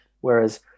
Whereas